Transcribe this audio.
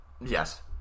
Yes